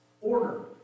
Order